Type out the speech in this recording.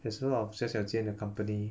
there's a lot of 小小间的 company